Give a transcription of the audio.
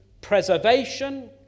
preservation